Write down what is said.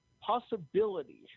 possibility